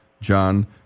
John